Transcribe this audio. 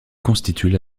constituent